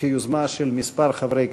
יוזמה של כמה חברי כנסת.